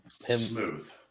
Smooth